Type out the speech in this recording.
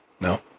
No